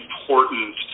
important